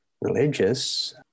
religious